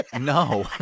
No